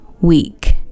week